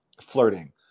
flirting